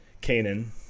Canaan